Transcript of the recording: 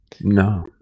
No